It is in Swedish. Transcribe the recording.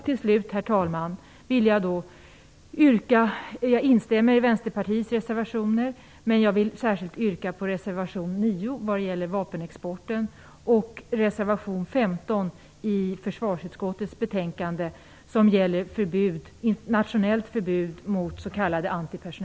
Till slut, herr talman, instämmer jag i Vänsterpartiets reservationer, men jag vill särskilt yrka bifall till reservation 9 om vapenexporten och till reservation